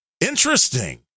Interesting